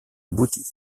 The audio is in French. aboutie